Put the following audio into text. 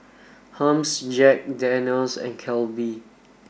Hermes Jack Daniel's and Calbee